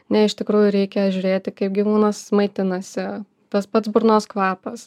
ne iš tikrųjų reikia žiūrėti kaip gyvūnas maitinasi tas pats burnos kvapas